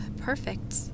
perfect